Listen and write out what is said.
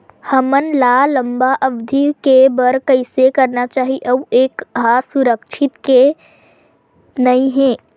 हमन ला लंबा अवधि के बर कइसे करना चाही अउ ये हा सुरक्षित हे के नई हे?